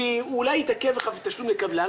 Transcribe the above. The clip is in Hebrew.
כי הוא אולי התעכב לך בתשלום לקבלן,